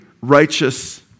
righteous